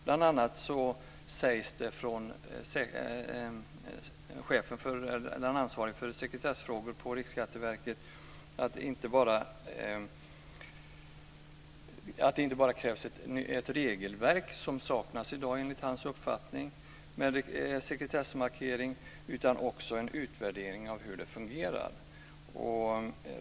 Bl.a. säger den ansvarige för sekretessfrågor på Riksskatteverket att det inte bara krävs ett regelverk för sekretessmarkering, som i dag saknas enligt hans uppfattning, utan också en utvärdering hur det fungerar.